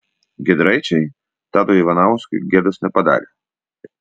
giedraičiai tadui ivanauskui gėdos nepadarė